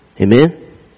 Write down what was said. Amen